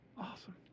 Awesome